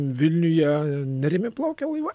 vilniuje nerimi plaukia laivai